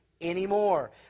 anymore